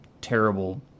terrible